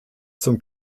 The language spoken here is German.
zum